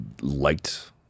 liked